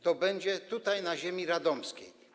To będzie tutaj, na ziemi radomskiej.